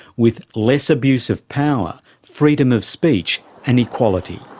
with less abuse of power, freedom of speech and equality.